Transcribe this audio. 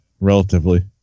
Relatively